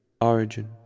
Origin